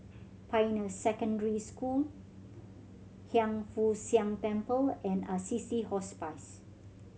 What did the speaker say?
Pioneer Secondary School Hiang Foo Siang Temple and Assisi Hospice